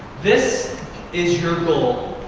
this is your goal.